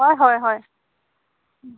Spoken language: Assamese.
হয় হয় হয়